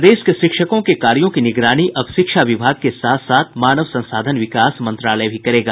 प्रदेश के शिक्षकों के कार्यों की निगरानी अब शिक्षा विभाग के साथ साथ मानव संसाधन विकास मंत्रालय भी करेगा